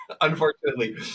unfortunately